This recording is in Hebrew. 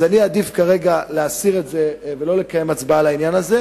אני אעדיף כרגע להסיר את ההצעה ולא לקיים הצבעה עליה,